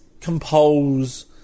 compose